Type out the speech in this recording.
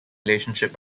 relationship